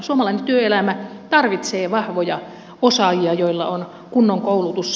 suomalainen työelämä tarvitsee vahvoja osaajia joilla on kunnon koulutus